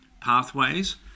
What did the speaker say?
pathways